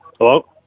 Hello